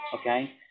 okay